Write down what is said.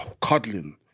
cuddling